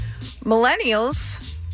Millennials